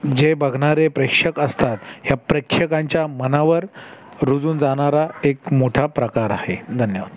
जे बघणारे प्रेक्षक असतात ह्या प्रेक्षकांच्या मनावर रुजून जाणारा एक मोठा प्रकार आहे धन्यवाद